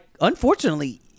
unfortunately